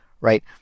Right